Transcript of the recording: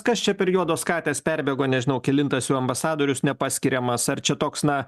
kas čia per juodos katės perbėgo nežinau kelintas jau ambasadorius nepaskiriamas ar čia toks na